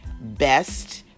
best